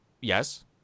yes